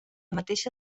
mateixa